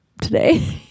today